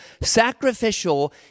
sacrificial